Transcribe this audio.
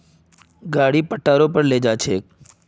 गाड़ी पट्टा रो पर ले जा छेक